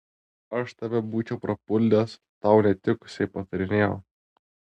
aš tave būčiau prapuldęs tau netikusiai patarinėjau